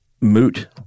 moot